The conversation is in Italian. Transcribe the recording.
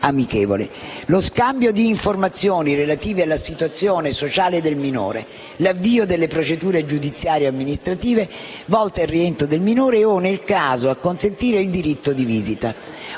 lo scambio di informazioni relative alla situazione sociale del minore; l'avvio delle procedure giudiziarie o amministrative, volte al rientro del minore o, nel caso, a consentire il diritto di visita;